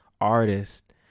artist